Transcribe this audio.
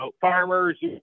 farmers